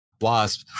Wasp